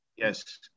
Yes